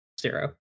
Zero